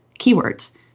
keywords